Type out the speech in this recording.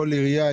כל עירייה,